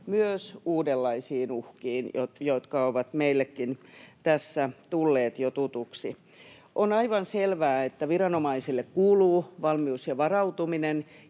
myös uudenlaisiin uhkiin, jotka ovat meillekin tässä tulleet jo tutuiksi. On aivan selvää, että viranomaisille kuuluu valmius ja varautuminen,